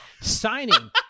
signing